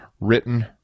written